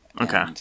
Okay